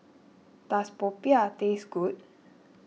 does Popiah taste good